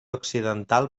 accidental